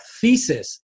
thesis